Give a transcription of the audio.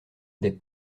des